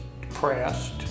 depressed